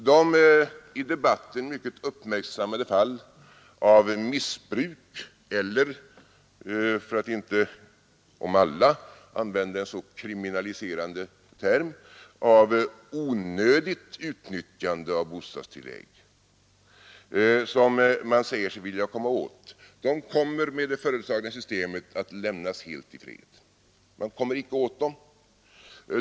De i debatten mycket uppmärksammade fall av missbruk eller, för att inte om alla använda en så kriminaliserande term, av onödigt utnyttjande av bostadstillägg, som man säger sig vilja komma åt, kommer med det föreslagna systemet att lämnas helt i fred. Man kommer icke åt dem.